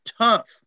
tough